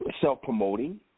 self-promoting